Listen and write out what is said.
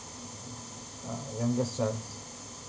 uh youngest child